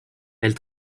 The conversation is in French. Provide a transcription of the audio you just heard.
elle